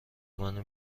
منو